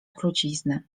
trucizny